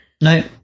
No